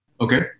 Okay